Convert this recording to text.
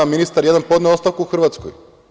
Ministar jedan je podneo ostavku u Hrvatskoj.